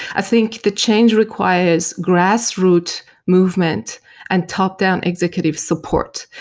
i think the change requires grassroots movement and top-down executive support.